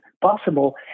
possible